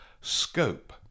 scope